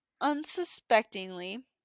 unsuspectingly